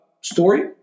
story